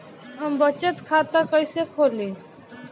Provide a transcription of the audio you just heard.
हम बचत खाता कईसे खोली?